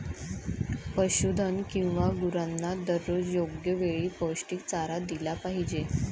पशुधन किंवा गुरांना दररोज योग्य वेळी पौष्टिक चारा दिला पाहिजे